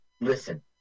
listen